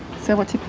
so what's